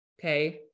Okay